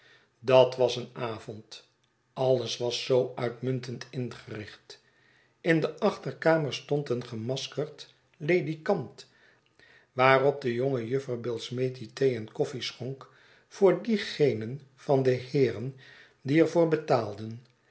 dat was een avond alles was zoo uitmuntend ingericht in de achterkamer stond een gemaskeerd ledikant waarop de jonge juffer billsmethi thee en koffie schonk voor diegenen van de heeren die er voor betaalden